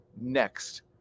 next